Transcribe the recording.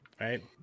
right